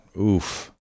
oof